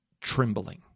trembling